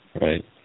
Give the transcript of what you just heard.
Right